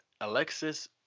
Alexis